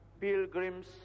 pilgrim's